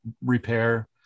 repair